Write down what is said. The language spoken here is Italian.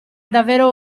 davvero